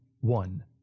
one